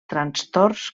trastorns